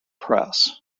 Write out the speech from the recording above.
press